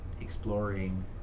exploring